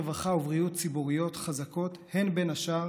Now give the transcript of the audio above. רווחה ובריאות ציבוריות חזקות הן בין השאר